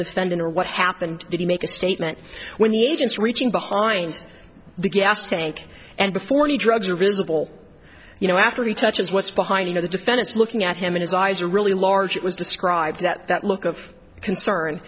defendant or what happened did he make a statement when the agents reaching behind the gas tank and before any drugs are visible you know after he touches what's behind you know the defendant's looking at him in his eyes are really large it was described that that look of concern